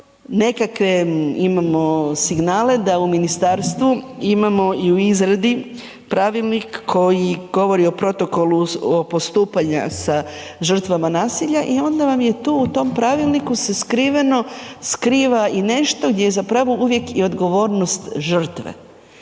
nekakve imamo signale da u ministarstvu imamo i u izradi pravilnik koji govori o protokolu postupanja sa žrtvama nasilja i onda vam je tu, u tom pravilniku se skriveno, skriva i nešto gdje je zapravo uvijek i odgovornost žrtve.